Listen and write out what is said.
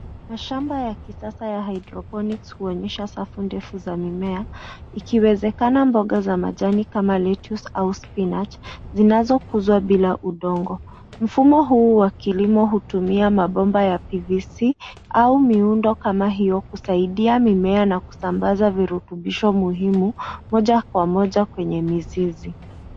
Mashamba ya kisasa ya hydroponics huonyesha safu ndefu za mimea ikiwezekana mboga za majani kama vile lettuce au spinach zinazokuzwa bila udongo. Mfumo huu wa kilimo hutumia mabomba ya PVC au miundo kama hio kusaidia mimea na kusambaza virutubisho muhimu moja kwa moja kwenye mizizi.